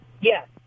Yes